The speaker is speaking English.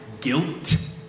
guilt